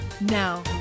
Now